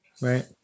right